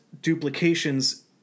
duplications